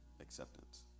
acceptance